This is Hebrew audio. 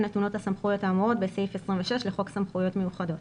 הסמכויות האמורות בסעיף 26 לחוק סמכויות מיוחדות.